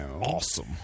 awesome